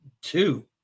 two